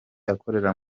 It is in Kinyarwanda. akorera